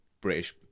british